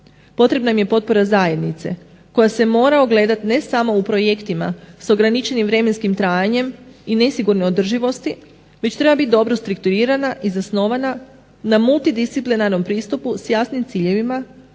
potrebna im je potreba zajednice koja se mora ogledati ne samo u projektima s ograničenim vremenskim trajanjem i nesigurnoj održivosti već treba biti dobro strukturirana i zasnovana na multidisciplinarnom pristupu s jasnim ciljevima